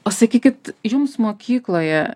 o sakykit jums mokykloje